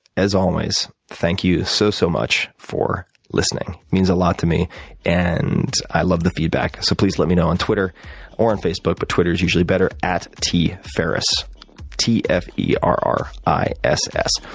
as always, thank you so, so much for listening. it means a lot to me and i love the feedback so please let me know on twitter or and facebook, but twitter's usually better at tferriss, t f e r r i s s